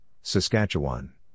Saskatchewan